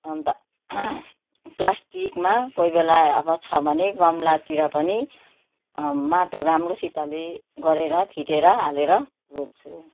अन्त प्लास्टिकमा कोही बेला अब छ भने गमलातिर पनि माटो राम्रोसितले गरेर फिटेर हालेर रोप्छु